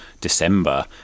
December